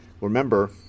remember